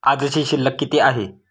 आजची शिल्लक किती आहे?